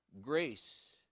Grace